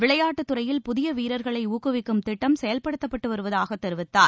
விளையாட்டுத்துறையில் புதிய வீரர்களை ஊக்குவிக்கும் திட்டம் செயல்படுத்தப்பட்டு வருவதாகத் தெரிவித்தார்